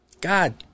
God